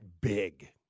big